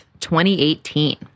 2018